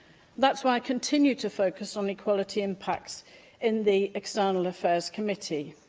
that's why i continue to focus on equality impacts in the external affairs committee.